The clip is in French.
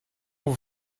vous